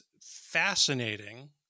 fascinating